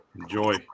enjoy